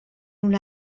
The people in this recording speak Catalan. una